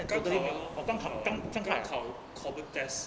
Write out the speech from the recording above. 刚考完 lor or 刚考刚考 common tests tests or did you know that